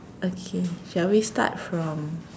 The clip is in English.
okay shall we start from